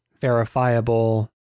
verifiable